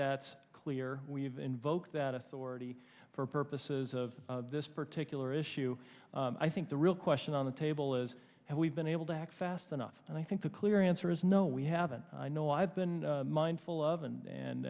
that's clear we have invoked that authority for purposes of this particular issue i think the real question on the table is and we've been able to act fast enough and i think the clear answer is no we haven't i know i've and mindful of and